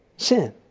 sin